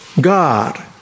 God